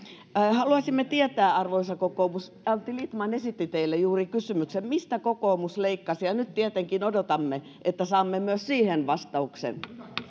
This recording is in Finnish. haluaisimme tietää arvoisa kokoomus antti lindtman esitti teille juuri kysymyksen mistä kokoomus leikkaisi ja nyt tietenkin odotamme että saamme myös siihen vastauksen